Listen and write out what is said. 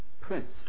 prince